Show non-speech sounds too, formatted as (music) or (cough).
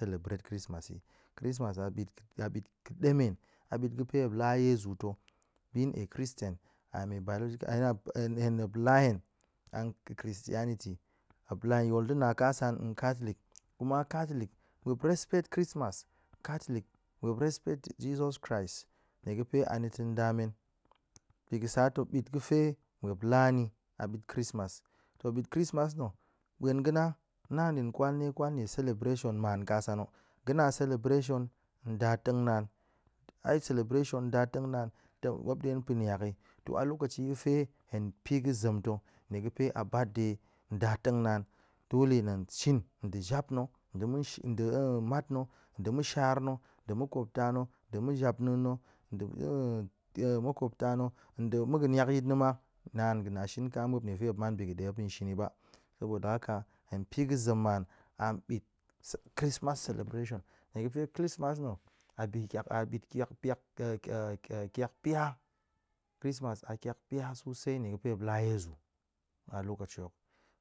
Cellebrate chrismas e chrismas a bit a bit ga̱ demen, a bit ga̱fe muap la yezu to being a christian am a biologica hen a hen hen muap la hen an christianity muap la hen yol de na kasan an catholic kuma catholic muap respect chrismas muap respect jesus christ nie ga̱fe anita̱ nda men, bi ga̱ sa to bit ga̱fe muap la ni a bit chrismas, to bit chrismas na̱ ɓuen ga̱ na na hen din kwal nie kwal nie celeration maan kasan na̱ ga̱ na̱ a celeration nda tengnaan, ai celebration nda tengnaan muap ɗe pa̱e niak yi, to alokaci ga̱fe hen pi ga̱ zem to nie ga̱fe a lokaci birthday nda tengnaan, dole hen tong shin nde jap na̱, nde muan shi nde mat na̱, nde ma̱shar na̱ nɗe ma̱kotana̱, nda̱ japna̱a̱n na̱, nda̱ (hesitation) nda̱ makopta na̱ nda̱ ma̱ ga̱ niak yit na̱ ma, naan ga̱ na shin ka muap niefe muap man bi ga̱ de muap tong shin ni ba, saboda haka hen pi ga̱ zem man a bit cel- chrismas celebration nie ga̱fe chrismas na̱ a bi kiak a bit kiak kiak piak (hesitation) kiak pia chrismas a kiak pia susai nie ga̱fe muap la yezu alokaci